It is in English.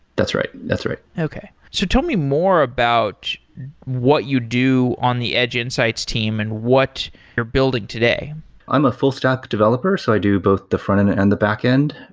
that's right, that's right okay. so tell me more about what you do on the edge insights team and what you're building today i'm a full-stack developer, so i do both the frontend and and the backend.